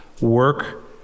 Work